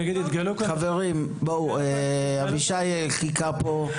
חברים, אבישי חיכה פה.